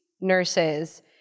nurses